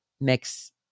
mix